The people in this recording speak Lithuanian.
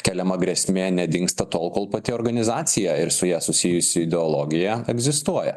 keliama grėsmė nedingsta tol kol pati organizacija ir su ja susijusių ideologija egzistuoja